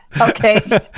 Okay